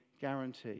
guarantee